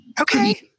okay